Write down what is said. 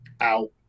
out